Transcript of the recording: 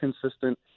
consistent